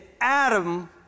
Adam